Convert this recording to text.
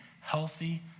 healthy